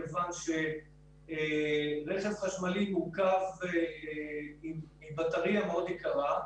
מכיוון שרכב חשמלי מורכב עם בטרייה מאוד יקרה,